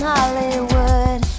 Hollywood